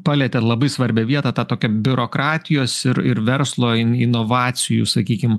palietė labai svarbią vietą tokią biurokratijos ir ir verslo in inovacijų sakykim